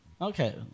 Okay